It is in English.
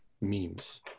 memes